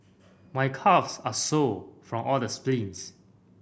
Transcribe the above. my calves are sore from all the sprints